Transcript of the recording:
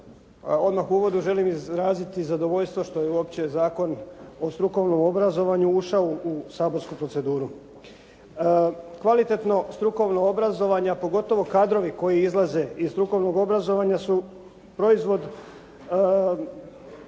odmah u uvodu želim izraziti zadovoljstvo što je uopće zakon o strukovnom obrazovanju ušao u saborsku proceduru. Kvalitetno strukovno obrazovanje, a pogotovo kadrovi koji izlaze iz strukovnog obrazovanja su proizvod